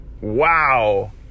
Wow